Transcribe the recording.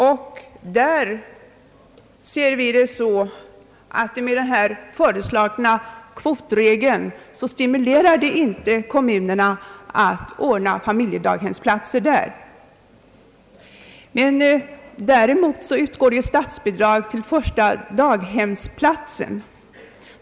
Vi ser det på det sättet, att man med den föreslagna kvotregeln inte stimulerar de kommunerna att ordna familjedaghemsplatser. Däremot utgår ju statsbidrag till första daghemsplatsen.